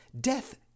Death